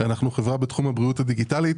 אנו חברה בתחום הבריאות הדיגיטלית,